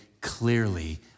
clearly